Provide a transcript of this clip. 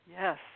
Yes